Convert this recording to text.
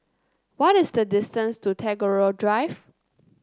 what is the distance to Tagore Drive